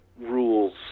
rules